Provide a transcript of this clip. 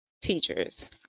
teachers